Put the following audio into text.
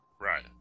right